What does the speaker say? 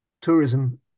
tourism